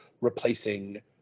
replacing